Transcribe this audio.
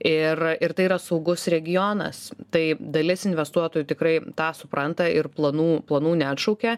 ir ir tai yra saugus regionas tai dalis investuotojų tikrai tą supranta ir planų planų neatšaukia